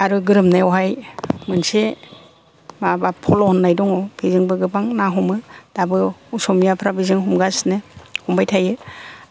आरो गोरोमनायावहाय मोनसे माबा फल' होन्नाय दङ बेजोंबो गोबां ना हमो दाबो असमियाफोरा बेजों हमगासिनो हमबाय थायो